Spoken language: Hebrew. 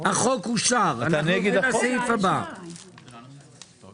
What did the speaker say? אנחנו עוברים לסעיף הבא, שחלוף דירות.